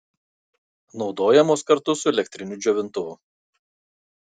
naudojamos kartu su elektriniu džiovintuvu